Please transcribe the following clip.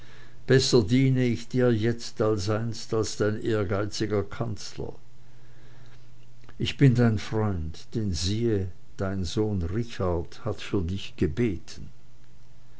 besser diene ich dir jetzt als einst dein ehrgeiziger kanzler ich bin dein freund denn siehe dein sohn richard hat für dich gebeten